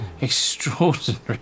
Extraordinary